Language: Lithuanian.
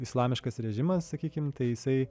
islamiškas režimas sakykime tai jisai